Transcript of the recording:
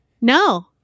No